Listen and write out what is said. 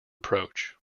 approach